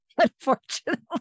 Unfortunately